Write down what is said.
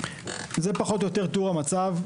זה פחות או יותר תיאור המצב.